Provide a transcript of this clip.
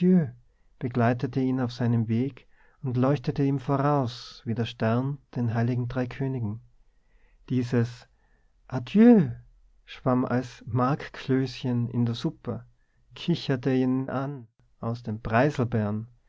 begleitete ihn auf seinem weg und leuchtete ihm voraus wie der stern den heiligen drei königen dieses adjö schwamm als markklößchen in der suppe kicherte ihn an aus den